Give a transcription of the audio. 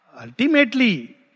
Ultimately